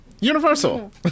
universal